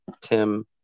Tim